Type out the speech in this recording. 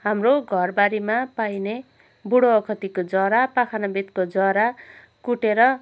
हाम्रो घर बारीमा पाइने बुढो ओखतीको जरा पाखनबेतको जरा कुटेर